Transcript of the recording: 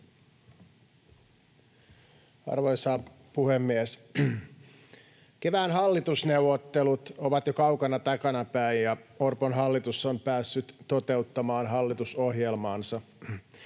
Arvoisa puhemies! Kevään hallitusneuvottelut ovat jo kaukana takanapäin, ja Orpon hallitus on päässyt toteuttamaan hallitusohjelmaansa.